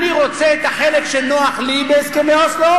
אני רוצה את החלק שנוח לי בהסכמי אוסלו